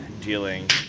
dealing